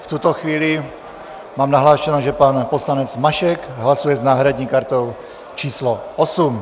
V tuto chvíli mám nahlášeno, že pan poslanec Mašek hlasuje s náhradní kartou číslo 8.